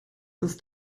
ist